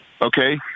okay